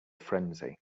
frenzy